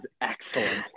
excellent